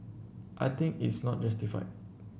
I think is not justified